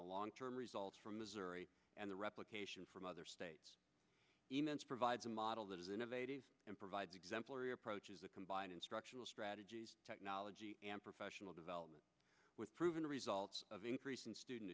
the long term results from missouri and the replication from other states provides a model that is innovative and provides exemplary approaches to combine instructional strategies technology and professional development with proven results of increasing student